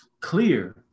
clear